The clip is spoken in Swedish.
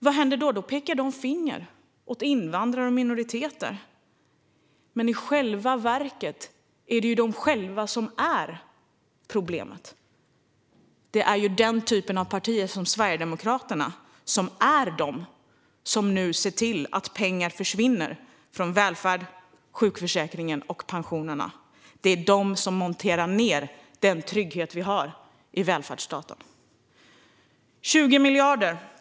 Jo, då pekar dessa partier finger åt invandrare och minoriteter. I själva verket är det dock partierna själva som är problemet. Det är just partier som Sverigedemokraterna som nu ser till att pengar försvinner från välfärden, sjukförsäkringen och pensionerna. Det är de som monterar ned den trygghet vi har i välfärdsstaten. Det handlar om 20 miljarder.